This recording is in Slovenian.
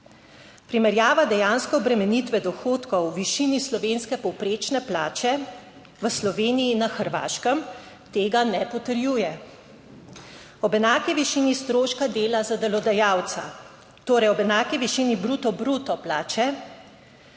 Primerjava dejansko obremenitve dohodkov v višini slovenske povprečne plače v Sloveniji in na Hrvaškem tega ne potrjuje. Ob enaki višini stroška dela za delodajalca, torej ob enaki višini bruto bruto plače,